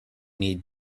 need